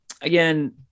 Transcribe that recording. again